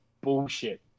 bullshit